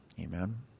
Amen